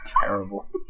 Terrible